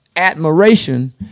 admiration